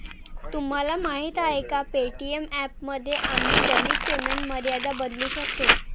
तुम्हाला माहीत आहे का पे.टी.एम ॲपमध्ये आम्ही दैनिक पेमेंट मर्यादा बदलू शकतो?